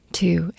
two